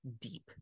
deep